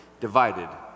divided